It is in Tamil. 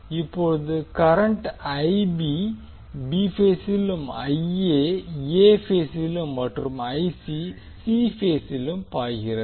இப்போது கரண்ட் பி பேசிலும் எ பேசிலும் மற்றும் சி பேசிலும் பாய்கிறது